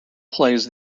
plays